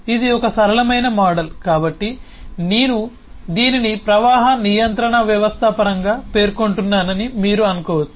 ఇది ఒక సరళమైన మోడల్ కాబట్టి నేను దీనిని ప్రవాహ నియంత్రణ వ్యవస్థ పరంగా పేర్కొంటున్నానని మీరు అనుకోవచ్చు